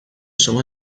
شما